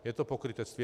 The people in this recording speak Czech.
Je to pokrytectví.